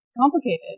complicated